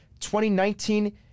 2019